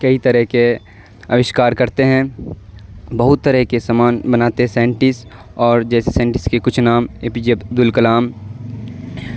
کئی طرح کے آوشکار کرتے ہیں بہت طرح کے سامان بناتے سائنٹسٹ اور جیسے سائنٹسٹ کے کچھ نام A P J Abdul Kalam